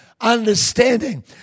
understanding